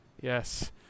Yes